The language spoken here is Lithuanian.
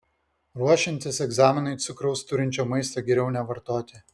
ruošiantis egzaminui cukraus turinčio maisto geriau nevartoti